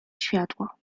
światło